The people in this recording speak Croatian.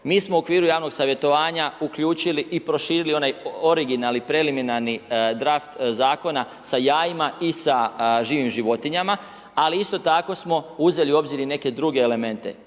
Mi smo u okviru javnog savjetovanja uključili i proširili onaj originalni, preliminarni draft zakona sa jajima i sa živim životinjama, ali isto tako smo uzeli u obzir i neke druge elemente.